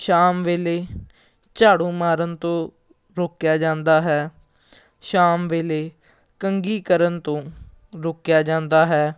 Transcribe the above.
ਸ਼ਾਮ ਵੇਲੇ ਝਾੜੂ ਮਾਰਨ ਤੋਂ ਰੋਕਿਆ ਜਾਂਦਾ ਹੈ ਸ਼ਾਮ ਵੇਲੇ ਕੰਘੀ ਕਰਨ ਤੋਂ ਰੋਕਿਆ ਜਾਂਦਾ ਹੈ